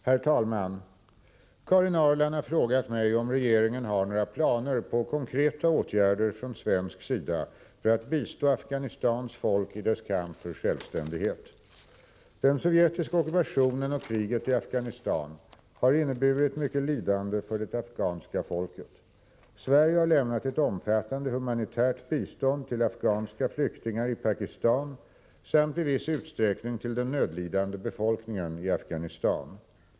Herr talman! Karin Ahrland har frågat mig om regeringen har några planer på konkreta åtgärder från svensk sida för att bistå Afghanistans folk i dess kamp för självständighet. ' Den sovjetiska ockupationen och kriget i Afghanistan har inneburit mycket lidande för det afghanska folket. Sverige har lämnat omfattande humanitärt bistånd till afghanska flyktingar i Pakistan samt i viss utsträckning till den nödlidande befolkningen i Afghanistan.